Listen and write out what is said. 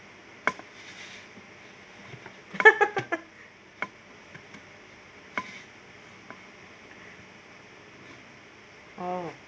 oh